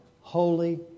holy